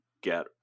get